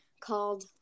called